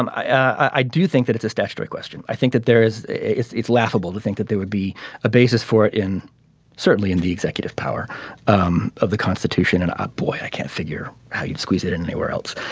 um i do think that it's a statutory question. i think that there is. it's it's laughable to think that there would be a basis for it in certainly in the executive power um of the constitution and ah boy i can't figure how you'd squeeze it in anywhere else.